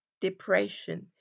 depression